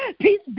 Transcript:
Peace